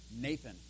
Nathan